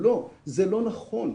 לא, זה לא נכון.